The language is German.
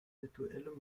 virtuelle